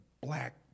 black